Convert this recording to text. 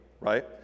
right